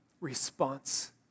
response